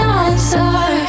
answer